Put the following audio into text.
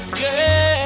girl